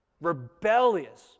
rebellious